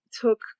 took